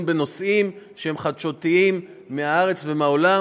בנושאים שהם חדשותיים מהארץ ומהעולם,